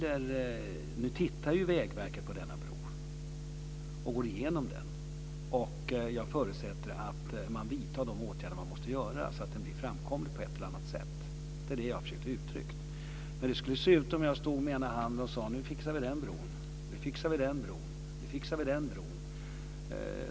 Nu tittar Vägverket på denna bro och går igenom den. Jag förutsätter att man vidtar de åtgärder man måste vidta så att den blir framkomlig på ett eller annat sätt. Det är det jag har försökt uttrycka. Det skulle se ut om jag stod och pekade med handen och sade att nu fixar vi den bron och den bron och den bron.